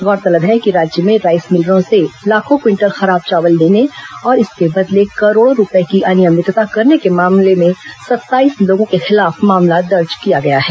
गौरतलब है कि राज्य में राईस मिलरों से लाखों क्विंटल खराब चावल लेने और इसके बदले करोड़ों रूपये की अनियमितता करने के मामले में सत्ताईस लोगों के खिलाफ मामला दर्ज किया गया है